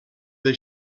they